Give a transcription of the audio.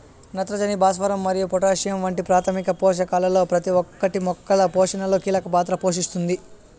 నత్రజని, భాస్వరం మరియు పొటాషియం వంటి ప్రాథమిక పోషకాలలో ప్రతి ఒక్కటి మొక్కల పోషణలో కీలక పాత్ర పోషిస్తుంది